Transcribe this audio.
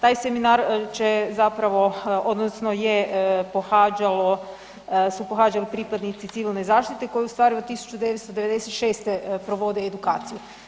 Taj seminar će zapravo odnosno je pohađalo, su pohađali pripadnici civilne zaštite koji u stvari od 1996. provode edukaciju.